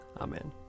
Amen